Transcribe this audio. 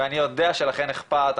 ואני יודע שלכם אכפת,